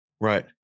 Right